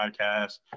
Podcast